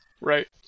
Right